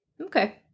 Okay